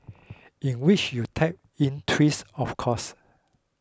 in which you type in twit of course